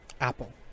Apple